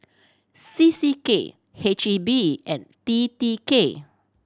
C C K H E B and T T K